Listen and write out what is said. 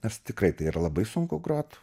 nes tikrai tai yra labai sunku grot